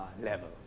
level